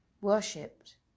worshipped